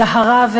בדהרה,